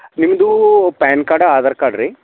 ನಿಮ್ದು PAN card Aadhaar card ರೀ